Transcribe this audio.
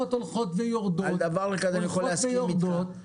הולכות ויורדות --- על דבר כזה אני יכול להסכים איתך,